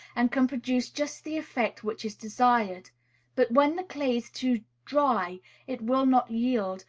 and can produce just the effect which is desired but when the clay is too dry it will not yield,